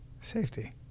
Safety